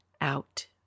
out